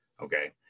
okay